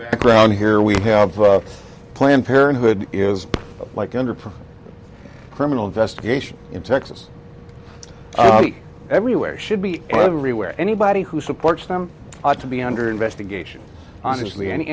background here we have planned parenthood is like under for criminal investigation in texas oh everywhere should be everywhere anybody who supports them ought to be under investigation honestly an